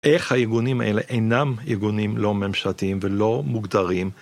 איך הארגונים האלה אינם ארגונים לא ממשלתיים ולא מוגדרים.